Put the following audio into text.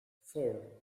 four